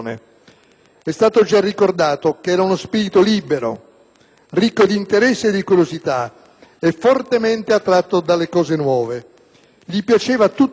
È stato già ricordato che era uno spirito libero, ricco di interessi e di curiosità e fortemente attratto dalle cose nuove. Gli piaceva tutto ciò che